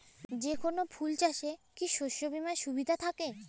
যেকোন ফুল চাষে কি শস্য বিমার সুবিধা থাকে?